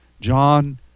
John